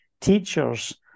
teachers